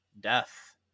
death